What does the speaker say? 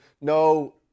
no